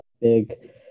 big